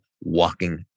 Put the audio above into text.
walking